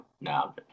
Now